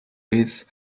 its